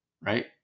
Right